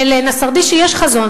ולנסרדישי יש חזון,